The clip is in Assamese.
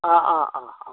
অঁ অঁ অঁ অঁ